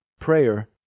Prayer